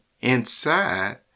inside